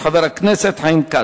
חבר הכנסת חיים כץ.